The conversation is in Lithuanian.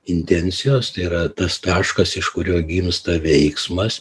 intencijos tai yra tas taškas iš kurio gimsta veiksmas